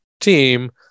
team